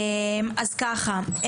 אז ככה,